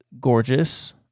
gorgeous